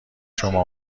شما